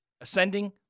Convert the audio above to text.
ascending